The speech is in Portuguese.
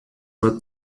uma